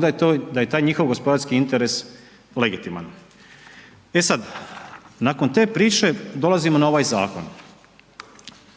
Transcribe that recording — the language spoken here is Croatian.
da je to, da je taj njihov gospodarski interes legitiman. E sad, nakon te priče dolazimo na ovaj zakon,